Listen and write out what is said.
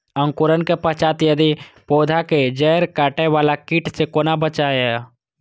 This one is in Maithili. अंकुरण के पश्चात यदि पोधा के जैड़ काटे बाला कीट से कोना बचाया?